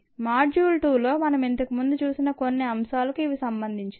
module 2లో మనం ఇంతకు ముందు చూసిన కొన్ని అంశాలకు ఇవి సంబంధించినవి